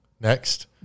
Next